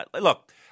Look